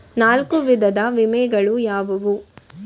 ನಾಲ್ಕು ವಿಧದ ವಿಮೆಗಳು ಯಾವುವು?